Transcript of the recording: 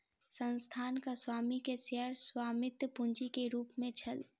संस्थानक स्वामी के शेयर स्वामित्व पूंजी के रूप में छल